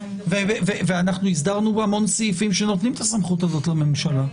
אנחנו הסדרנו פה המון סעיפים שנותנים את הסמכות הזאת לממשלה.